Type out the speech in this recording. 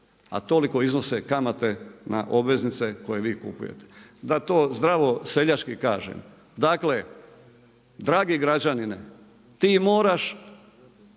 a toliko iznose kamate na obveznice koje vi kupujete. Da to zdravo seljački kažem, dakle građi građanine ti moraš